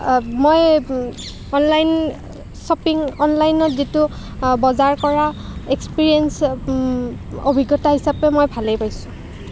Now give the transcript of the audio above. মই online shopping অনলাইনত যিটো বজাৰ কৰা এক্সপেৰিয়েন্স অভিজ্ঞতা হিচাপে মই ভালেই পাইছোঁ